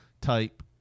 type